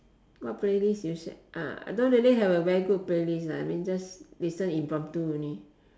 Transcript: what playlist you ah I don't really have a very good playlist lah I mean just listen impromptu only